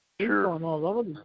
Sure